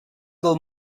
del